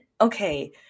Okay